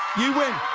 you win.